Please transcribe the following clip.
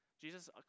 Jesus